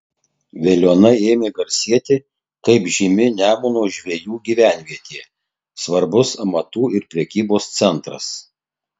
veliuona ėmė garsėti kaip žymi nemuno žvejų gyvenvietė svarbus amatų ir prekybos centras